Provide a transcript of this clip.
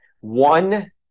One